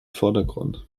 vordergrund